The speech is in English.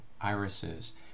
irises